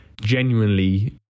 genuinely